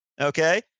okay